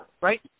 right